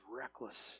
reckless